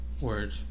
Word